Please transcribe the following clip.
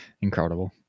Incredible